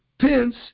Pence